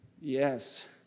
yes